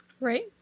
Right